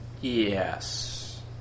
Yes